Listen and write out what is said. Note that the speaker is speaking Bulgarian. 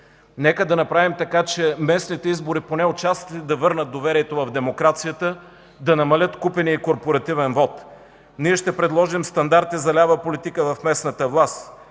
Нека да направим така, че местните избори поне отчасти да върнат доверието в демокрацията, да намалят купения и корпоративен вот. Ние ще предложим стандарти за лява политика в местната власт,